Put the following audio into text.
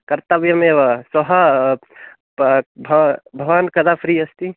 कर्तव्यमेव श्वः भ भवान् कदा फ़्री अस्ति